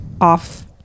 off